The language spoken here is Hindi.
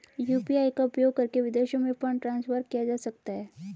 यू.पी.आई का उपयोग करके विदेशों में फंड ट्रांसफर किया जा सकता है?